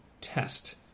test